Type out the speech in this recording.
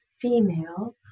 female